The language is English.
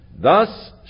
Thus